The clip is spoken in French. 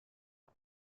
est